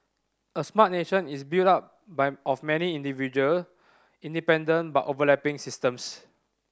a smart nation is build up by of many individual independent but overlapping systems